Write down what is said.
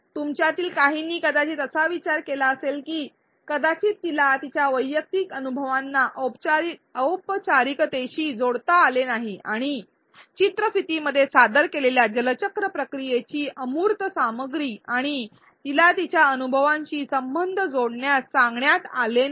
तुमच्यातील काहींनी कदाचित असा विचार केला असेल की कदाचित तीला तिच्या वैयक्तिक अनुभवांना औपचारिकतेशी जोडता आले नाही आणि चित्रफितीमध्ये सादर केलेल्या जल चक्र प्रक्रियेची संक्षिप्त सामग्री आणि तिला तिच्या अनुभवांशी संबंध जोडण्यास सांगण्यात आले नाही